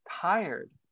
tired